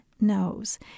knows